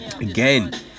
again